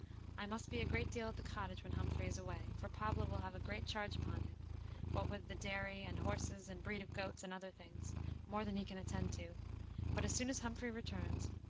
i must be a great deal at the cottage when humphrey is away, for pablo will have a great charge upon him what with the dairy, and horses, and breed of goats, and other things more than he can attend to but as soon as humphrey returns,